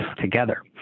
together